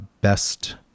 Best